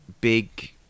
big